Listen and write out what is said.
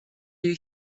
you